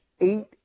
eight